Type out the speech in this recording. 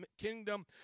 kingdom